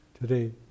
today